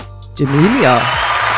jamelia